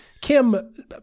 Kim